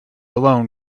alone